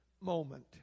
moment